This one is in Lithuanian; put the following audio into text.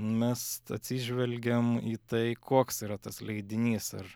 mes atsižvelgiam į tai koks yra tas leidinys ar